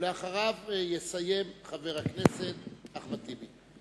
אחריו יסיים חבר הכנסת אחמד טיבי.